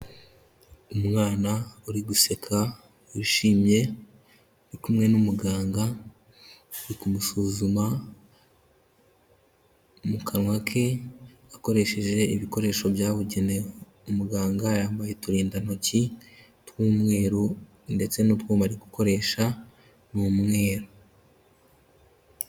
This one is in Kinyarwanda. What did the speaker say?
Umwana uri guseka yishimye ari kumwe n'umuganga uri kumusuzuma mu kanwa ke akoresheje ibikoresho byabugenewe. Umuganga yambaye uturindantoki tw'umweru ndetse n'utwuma ari gukoresha ni umweru.